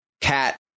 Cat